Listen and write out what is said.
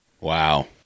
Wow